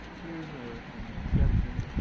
here's ah an exception,